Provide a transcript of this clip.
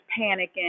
panicking